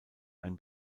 ein